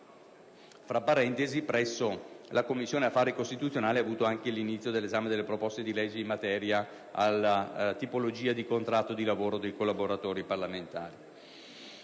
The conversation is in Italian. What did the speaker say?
Tra parentesi, presso la Commissione affari costituzionali, ha avuto anche inizio l'esame delle proposte di legge in materia di tipologia di contratto di lavoro dei collaboratori parlamentari.